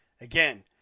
Again